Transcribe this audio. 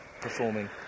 performing